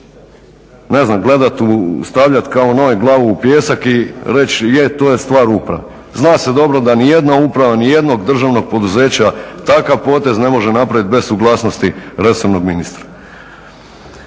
se zavaravati, stavljati kao noj glavu u pijesak i reći je to je stvar uprave. Zna se dobro da nijedna uprava nijednog državnog poduzeća takav potez ne može napraviti bez suglasnosti resornog ministra.